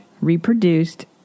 reproduced